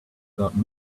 got